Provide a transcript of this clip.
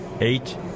Eight